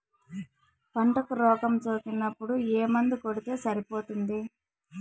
పంటకు రోగం సోకినపుడు ఏ మందు కొడితే సరిపోతుంది?